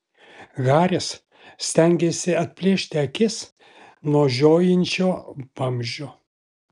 haris stengėsi atplėšti akis nuo žiojinčio vamzdžio